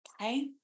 okay